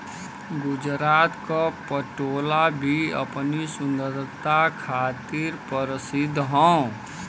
गुजरात क पटोला भी अपनी सुंदरता खातिर परसिद्ध हौ